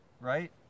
Right